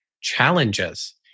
challenges